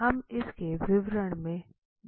हम इसके विवरण में जाएंगे